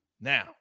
Now